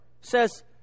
says